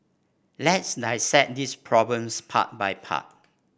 let's this problems part by part